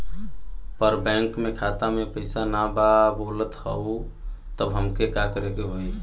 पर बैंक मे खाता मे पयीसा ना बा बोलत हउँव तब हमके का करे के होहीं?